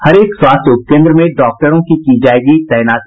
हरेक स्वास्थ्य उपकेन्द्र में डॉक्टरों की की जायेगी तैनाती